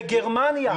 בגרמניה.